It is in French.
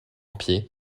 pied